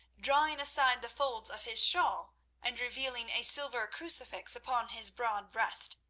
drawing aside the folds of his shawl and revealing a silver crucifix upon his broad breast.